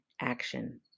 action